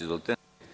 Izvolite.